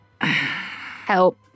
Help